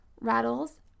rattles